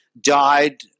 died